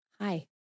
hi